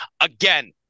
Again